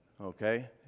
okay